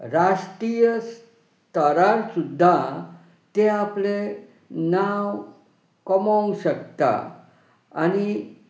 राष्ट्रीय स्थरार सुद्दां ते आपलें नांव कमोवंक शकता आनी